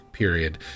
period